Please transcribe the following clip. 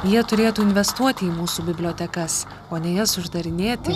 jie turėtų investuoti į mūsų bibliotekas o ne jas uždarinėti